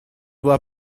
было